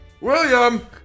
William